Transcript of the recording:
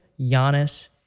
Giannis